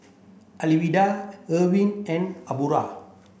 Alwilda Erwin and Aubra